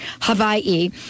Hawaii